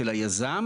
אה שביעות רצון.